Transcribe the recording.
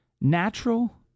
natural